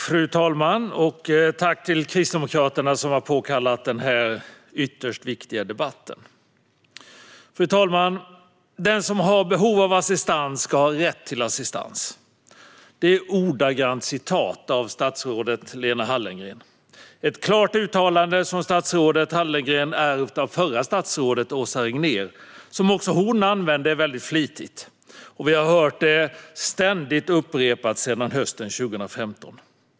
Fru talman! Tack till Kristdemokraterna, som har påkallat denna ytterst viktiga debatt! Fru talman! Den som har behov av assistans ska ha rätt till assistans. Detta är ett ordagrant citat av statsrådet Lena Hallengren. Det är ett klart uttalande, som statsrådet Hallengren ärvt av det förra statsrådet Åsa Regnér och som också hon använde väldigt flitigt. Vi har hört det ständigt upprepat sedan hösten 2015.